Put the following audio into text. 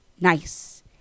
nice